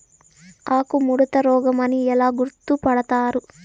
ఆకుముడత రోగం అని ఎలా గుర్తుపడతారు?